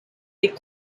les